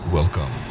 Welcome